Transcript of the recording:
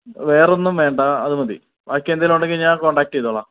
വേറൊന്നും വേണ്ട അത് മതി ബാക്കി എന്തേലും ഉണ്ടെങ്കിൽ ഞാൻ കോൺടാക്ട് ചെയ്തോളാം